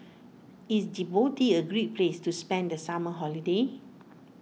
is Djibouti a great place to spend the summer holiday